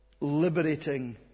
liberating